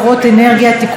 מי בעד?